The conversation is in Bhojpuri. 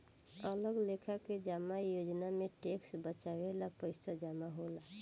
अलग लेखा के जमा योजना में टैक्स बचावे ला पईसा जमा होला